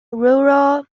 rural